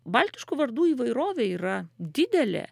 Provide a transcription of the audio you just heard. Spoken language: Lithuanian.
baltiškų vardų įvairovė yra didelė